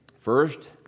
First